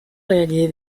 réalisé